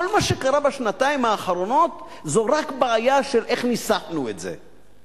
כל מה שקרה בשנתיים האחרונות זה רק בעיה של איך ניסחנו את זה.